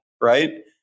right